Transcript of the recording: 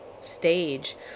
stage